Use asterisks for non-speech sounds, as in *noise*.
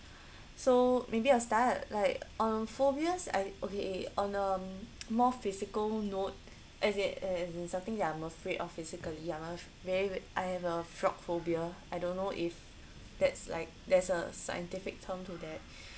so maybe I'll start like uh phobias I okay on um *noise* more physical note as it uh something that I'm afraid of physical I was very weird I have a frog phobia I don't know if that's like there's a scientific term to that